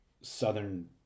Southern